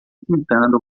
pintando